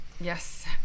yes